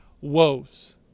woes